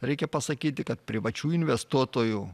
reikia pasakyti kad privačių investuotojų